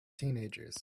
teenagers